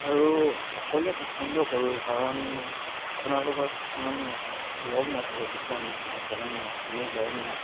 আৰু অকলে পচন্দ কৰোঁ কাৰণ আপোনাৰ লগত কিছুমান লগ নাথাকে কিছুমান মানুহৰ যেনে মোৰ মোৰ লগ নাই